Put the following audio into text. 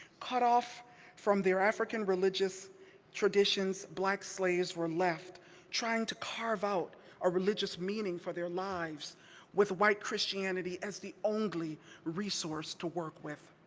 cut off from their african religious traditions, black slaves were left trying to carve out a religious meaning for their lives with white christianity as the only resource to work with.